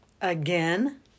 Again